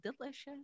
delicious